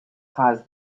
caused